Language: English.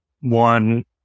one